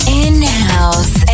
in-house